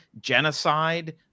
genocide